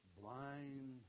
blind